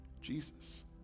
Jesus